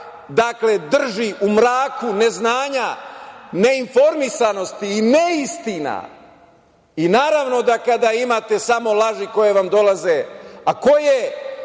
regija drži u mraku neznanja, neinformisanosti i neistina. Naravno da kada imate samo laži koje vam dolaze, a koje